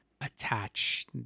attach